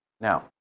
Now